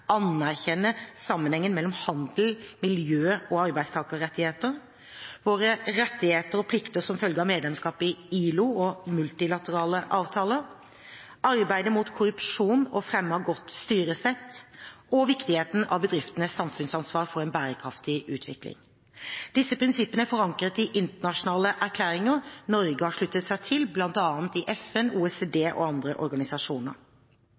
sammenhengen mellom handel, miljø og arbeidstakerrettigheter. Våre rettigheter og plikter som følge av medlemskap i ILO og multilaterale avtaler, arbeidet mot korrupsjon og fremme av godt styresett og viktigheten av bedriftenes samfunnsansvar for en bærekraftig utvikling legges også til grunn. Disse prinsippene er forankret i internasjonale erklæringer Norge har sluttet seg til, bl.a. i FN, OECD og andre organisasjoner.